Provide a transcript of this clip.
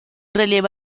relieve